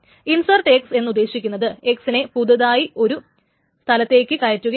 insert എന്ന് ഉദ്ദേശിക്കുന്നത് x നെ പുതുതായി ഒരു സ്ഥലത്തേക്ക് കയറ്റുകയാണ്